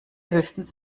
höchstens